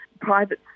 private